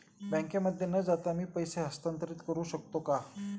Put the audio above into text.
बँकेमध्ये न जाता मी पैसे हस्तांतरित करू शकतो का?